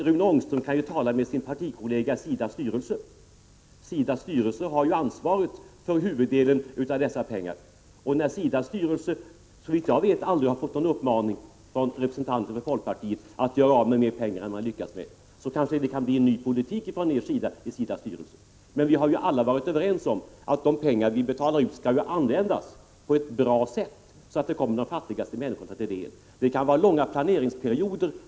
Rune Ångström kan tala med sin partikollega i SIDA:s styrelse, som har ansvaret för huvuddelen av de aktuella pengarna. SIDA:s styrelse har, såvitt jag vet, aldrig fått någon uppmaning från representanter för folkpartiet att göra av med mer pengar än man hittills har lyckats med. Men det kanske kan bli en ny politik från ert håll i SIDA:s styrelse. Vi har alla varit överens om att de pengar som vi betalar ut skall användas på ett bra sätt, så att de kommer de fattigaste människorna till del. Det kan då krävas långa planeringsperioder.